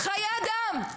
חיי אדם.